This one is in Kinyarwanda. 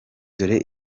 dore